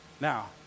Now